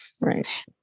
Right